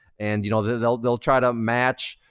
and you know they'll they'll try to match.